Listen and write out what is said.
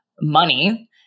money